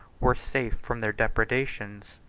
were safe from their depredations.